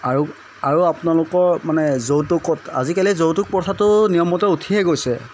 আৰু আৰু আপোনালোকৰ মানে যৌতুকত আজিকালি যৌতুক প্ৰথাটো নিয়মমতে উঠিয়ে গৈছে